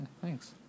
Thanks